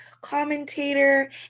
Commentator